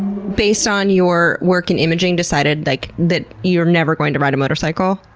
based on your work in imaging, decided like that you're never going to ride a motorcycle?